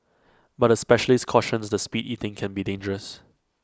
but A specialist cautions the speed eating can be dangerous